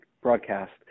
broadcast